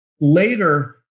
Later